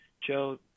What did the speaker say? Joe